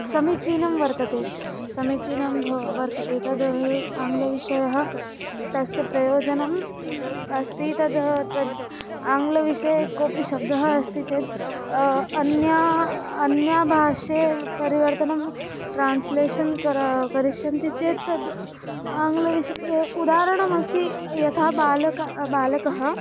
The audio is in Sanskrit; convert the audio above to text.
समीचीनं वर्तते समीचीनं भवति वर्तते तद् आङ्ग्लविषयः तस्य प्रयोजनम् अस्ति तद् तद् आङ्ग्लविषये कोपि शब्दः अस्ति चेत् अन्या अन्या भाषे परिवर्तनं ट्रान्स्लेशन् कर करिष्यन्ति चेत् तद् आङ्ग्लविष् ए उदाहरणमस्ति यथा बालकः बालकः